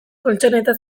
koltxoneta